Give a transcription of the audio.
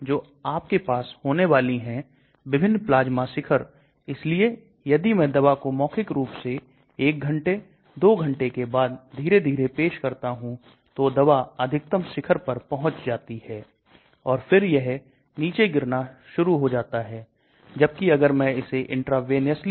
तो आपके पास एक prodrug है जिससे वहां की पारगम्यता अच्छी हो सकती है जबकी दवा स्वयं में अच्छी पारगम्यता नहीं रखता है क्योंकि हो सकता है यह स्वभाव से अत्यधिक ध्रुवीय हाइड्रोफिलिक है